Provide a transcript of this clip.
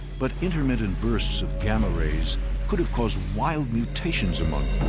but intermittent bursts of gamma rays could've caused wild mutations among